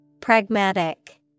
Pragmatic